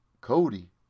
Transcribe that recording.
Cody